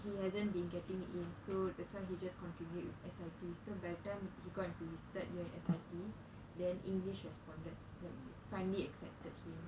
he hasn't been getting in so that's why he just continued with S_I_T so by the time he got into his third year in S_I_T than english responded like finally accepted him